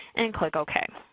and click ok.